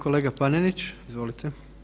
Kolega Panenić, izvolite.